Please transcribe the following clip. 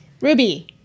Ruby